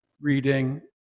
reading